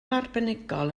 arbenigol